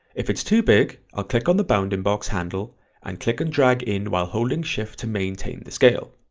if it's too big i'll click on the bounding box handle and click and drag in while holding shift to maintain the scale,